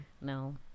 No